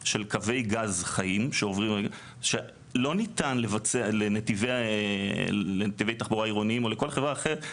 של קווי גז חיים שלא ניתן לנתיבי תחבורה עירוניים או לכל חברה אחרת,